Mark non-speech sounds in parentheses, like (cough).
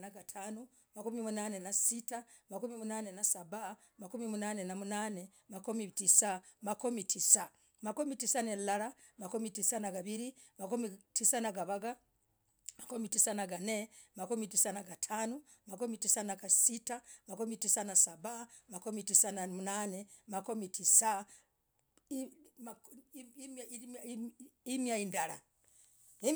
nagatanoo, makomii mnane na sitah, makomii sitah, makomii tisah na rilalah, makomii tisah na gavirii, makomii tisah na gavagah, makomii tisah nagan (hesitation) makomii tisah nagatanoo, makomii tisah na sitah makomii tisah na sitah, makomii tisah na mnane, makomii sitah na tisah. imiyaah ndalaah.